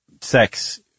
sex